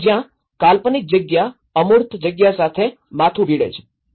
કે જ્યાં કાલ્પનિક જગ્યા અમૂર્ત જગ્યા સાથે માથું ભીડે છે